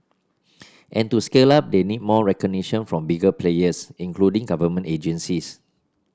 and to scale up they need more recognition from bigger players including government agencies